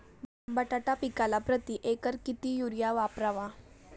बटाटा पिकाला प्रती एकर किती युरिया वापरावा?